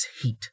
Heat